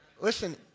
Listen